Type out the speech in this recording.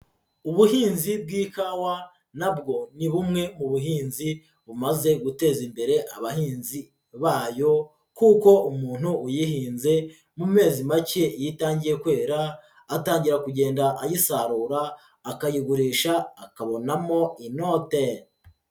Ubuhinzi bw'ikawa na bwo ni bumwe mu buhinzi bumaze guteza imbere abahinzi bayo kuko umuntu uyihinze mu mezi make iyo itangiye kwera, atangira kugenda ayisarura akayigurisha akabonamo inote.